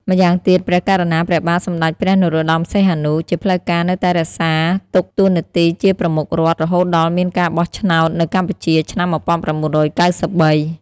ម្យ៉ាងទៀត ព្រះករុណាព្រះបាទសម្តេចព្រះ នរោត្តម សីហនុ ជាផ្លូវការនៅតែរក្សទុកតួនាទីជាប្រមុខរដ្ឋរហូតដល់មានការបោះឆ្នោតនៅ កម្ពុជាឆ្នាំ១៩៩៣។